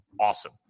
awesome